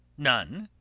none.